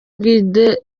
bwite